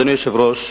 אדוני היושב-ראש,